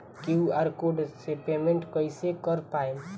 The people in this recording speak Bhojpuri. क्यू.आर कोड से पेमेंट कईसे कर पाएम?